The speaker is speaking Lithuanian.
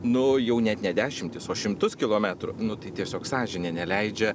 nu jau net ne dešimtis o šimtus kilometrų nu tai tiesiog sąžinė neleidžia